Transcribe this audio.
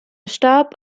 starb